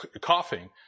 coughing